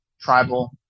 tribal